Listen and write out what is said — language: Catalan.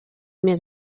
mes